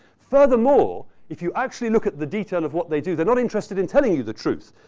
furthermore, if you actually look at the detail of what they do, they're not interested in telling you the truth.